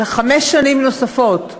על חמש שנים נוספות,